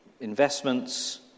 investments